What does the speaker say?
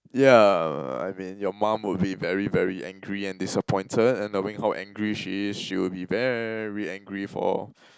yeah I mean your mum would be very very angry and disappointed and knowing how angry she is she would be very angry for